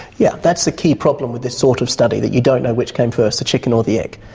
yeah that's the key problem with this sort of study that you don't know which came first the chicken or the egg.